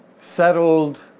settled